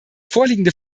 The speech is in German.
vorliegende